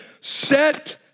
set